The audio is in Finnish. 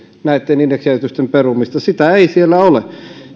näitten indeksijäädytysten perumista sitä ei siellä ole